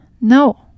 No